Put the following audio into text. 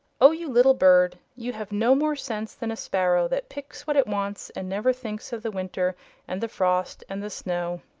o you little bird! you have no more sense than a sparrow that picks what it wants, and never thinks of the winter and the frost and, the snow.